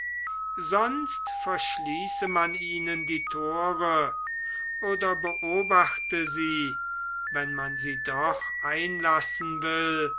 sonst verschließe man ihnen die thore oder beobachte sie wenn man sie doch einlassen will